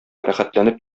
рәхәтләнеп